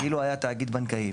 כאילו היה תאגיד בנקאי,